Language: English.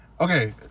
Okay